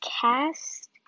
Cast